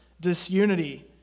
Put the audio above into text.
disunity